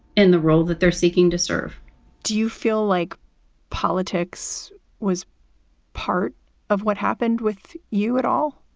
in the role that they're seeking to serve do you feel like politics was part of what happened with you at all?